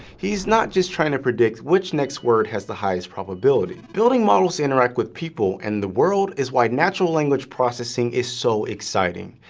he's not just trying to predict which next word has the highest probability. building models that interact with people, and the world, is why natural language processing is so exciting,